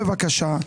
בבקשה,